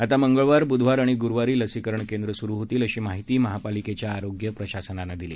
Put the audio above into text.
आता मंगळवार बुधवार आणि ग्रुवारी लसीकरण केंद्र स्रु होतील अशी माहिती महापालिकेच्या आरोग्य प्रशासनानं दिली